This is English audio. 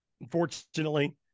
Unfortunately